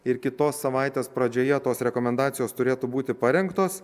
ir kitos savaitės pradžioje tos rekomendacijos turėtų būti parengtos